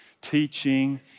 teaching